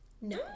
no